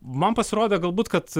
man pasirodė galbūt kad